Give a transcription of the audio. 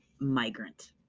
Migrant